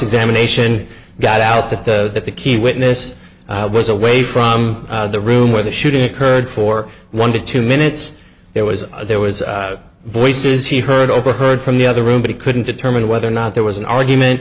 examination got out that that the key witness was away from the room where the shooting occurred for one to two minutes there was there was voices he heard overheard from the other room but he couldn't determine whether or not there was an argument